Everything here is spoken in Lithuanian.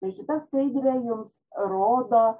tai šita skaidrė jums rodo